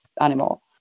animal